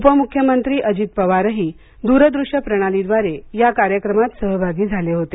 उपमुख्यमंत्री अजित पवारही दूरदृश्य प्रणालीद्वारे या कार्यक्रमात सहभागी झाले होते